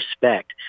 respect